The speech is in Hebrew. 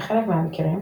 בחלק מהמקרים,